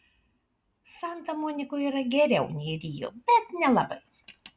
santa monikoje yra geriau nei rio bet nelabai